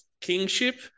kingship